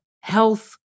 health